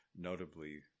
notably